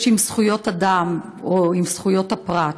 עם זכויות אדם או עם זכויות הפרט.